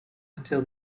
until